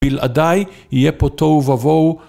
‫בלעדיי יהיה פה תוהו ובוהו...